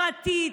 פרטית,